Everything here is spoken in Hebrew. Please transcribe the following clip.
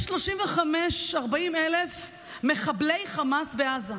יש 35,000 40,000 מחבלי חמאס בעזה,